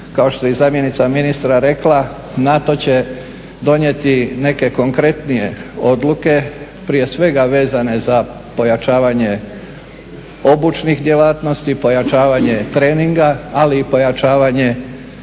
kao što je i zamjenica ministra rekla, NATO će donijeti neke konkretnije odluke, prije svega vezane za pojačavanje obučnih djelatnosti, pojačavanje treninga, ali i pojačavanje